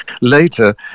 later